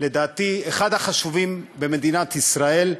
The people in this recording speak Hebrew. לדעתי, אחד החשובים במדינת ישראל,